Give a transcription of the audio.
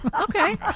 okay